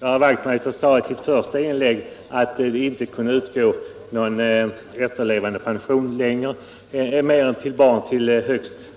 Herr talman! Herr Wachtmeister i Staffanstorp sade i sitt första inlägg att det inte utgår någon efterlevandepension till barn längre än till högst